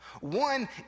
One